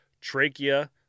trachea